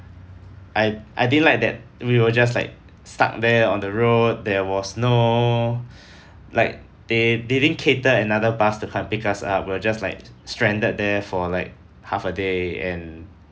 I I didn't like that we were just like stuck there on the road there was no like they they didn't cater another bus to come pick us up we were just like stranded there for like half a day and